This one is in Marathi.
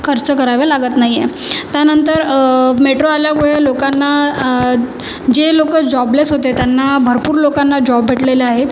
खर्च करावे लागत नाही आहेत त्यानंतर मेट्रो आल्यामुळे लोकांना जे लोक जॉबलेस होते त्यांना भरपूर लोकांना जॉब भेटलेले आहे